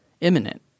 imminent